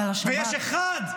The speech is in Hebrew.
ויש אחד,